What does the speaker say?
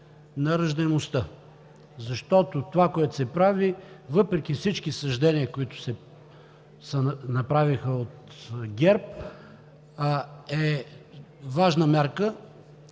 на раждаемостта, защото това, което се прави, въпреки всички съждения, които се направиха от ГЕРБ, е важна мярка